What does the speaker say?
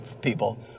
people